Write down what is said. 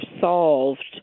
solved